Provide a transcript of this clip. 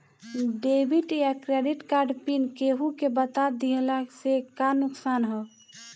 Debit या credit card pin केहूके बता दिहला से का नुकसान ह?